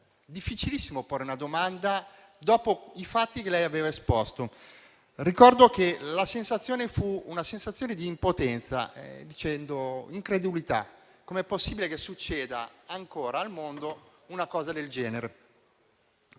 difficilissimo farla dopo i fatti che lei aveva esposto. Ricordo che la sensazione fu quella di impotenza, direi di incredulità: com'è possibile che succeda ancora al mondo una cosa del genere.